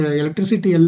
electricity